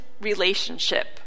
relationship